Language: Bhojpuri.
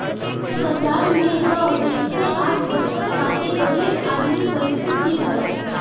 फल के बाजार में त जइसे आग बरसत बाटे गरीब आदमी कइसे जी भला